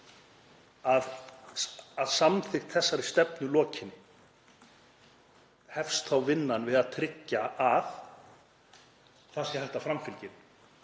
að samþykkt þessarar stefnu lokinni þá hefst vinnan við að tryggja að það sé hægt að framfylgja